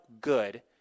good